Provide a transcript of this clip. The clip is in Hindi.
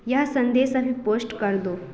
यह संदेश अभी पोस्ट कर दो